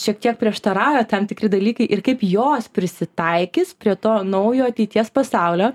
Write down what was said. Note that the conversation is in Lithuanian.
šiek tiek prieštarauja tam tikri dalykai ir kaip jos prisitaikys prie to naujo ateities pasaulio